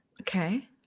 Okay